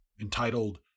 entitled